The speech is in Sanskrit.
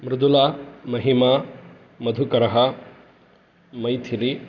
मृदुला महिमा मधुकरः मैथिली